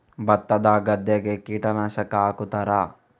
ಭತ್ತದ ಗದ್ದೆಗೆ ಕೀಟನಾಶಕ ಹಾಕುತ್ತಾರಾ?